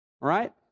Right